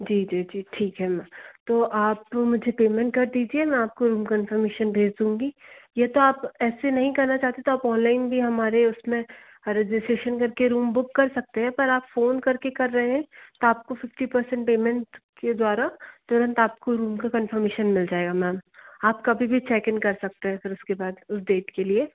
जी जी जी ठीक है मै तो आप मुझे पेमेंट कर दीजिए मैं आपको रूम कन्फर्मेशन भेज दूँगी या तो आप ऐसे नहीं करना चाहते तो आप ऑनलाइन भी हमारे उसमें रजिस्ट्रेसन कर के रूम बुक कर सकते हैं पर आप फ़ोन कर के कर रहे हैं तो आपको फिफ्टी परसेंट पेमेंट के द्वारा तुरंत आपको रूम का कन्फर्मेशन मिल जाएगा मैम आप कभी भी चेकिंन कर सकते हैं फिर उसके बाद उस डेट के लिए